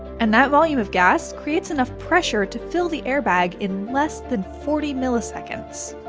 and that volume of gas creates enough pressure to fill the airbag in less than forty milliseconds.